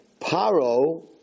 paro